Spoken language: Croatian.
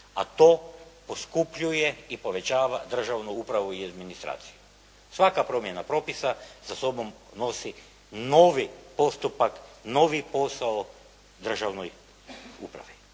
a to poskupljuje i povećava državnu upravu i administraciju. Svaka promjena propisa za sobom nosi novi postupak, novi posao državnoj upravi.